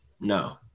No